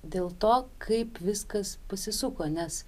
dėl to kaip viskas pasisuko nes